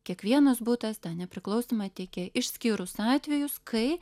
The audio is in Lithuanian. kiekvienas butas tą nepriklausomą teikėją išskyrus atvejus kai